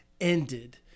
ended